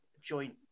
joint